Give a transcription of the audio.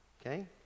Okay